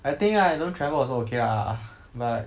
I think right don't travel also okay lah but